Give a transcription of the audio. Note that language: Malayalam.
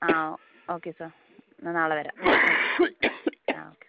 ആ ഓക്കേ സർ എന്നാൽ നാളെ വരാം ഓക്കേ ആ ഓക്കേ ഓക്കേ